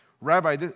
Rabbi